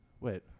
Wait